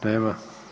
Nema.